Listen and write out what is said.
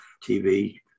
TV